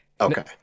Okay